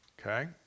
Okay